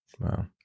Wow